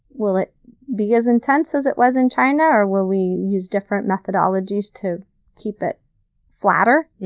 will it be as intense as it was in china, or will we use different methodologies to keep it flatter?